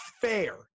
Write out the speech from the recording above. fair